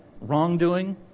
wrongdoing